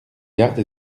garde